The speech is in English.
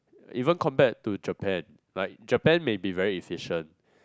even compared to Japan like Japan may be very efficient